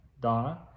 Donna